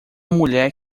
mulher